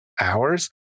hours